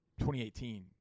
2018